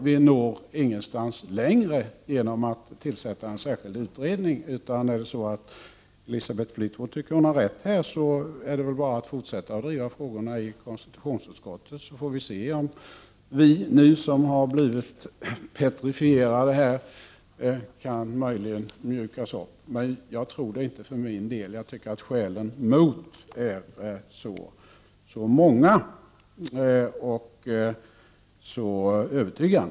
Vi kommer alltså inte längre genom att tillsätta en särskild utredning. Om Elisabeth Fleetwood tycker att hon har rätt är det bara för henne att fortsätta att driva denna fråga i konstitutionsutskottet. Vi får sedan se om vi som har blivit petrifierade här möjligen kan mjukas upp. Själv tror jag dock att skälen mot en sanningsförsäkran är många och övertygande.